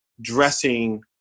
dressing